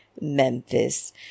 memphis